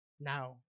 now